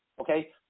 okay